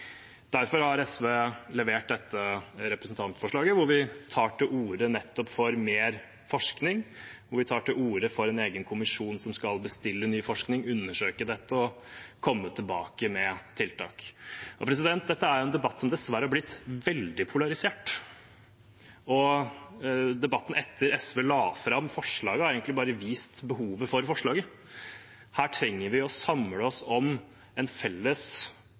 Derfor har SV levert dette representantforslaget, hvor vi tar til orde nettopp for mer forskning, hvor vi tar til orde for en egen kommisjon som skal bestille ny forskning, undersøke dette og komme tilbake med tiltak. Dette er en debatt som dessverre har blitt veldig polarisert. Debatten etter at SV la fram forslagene, har bare bevist behovet for forslagene. Her trenger vi å samle oss om en felles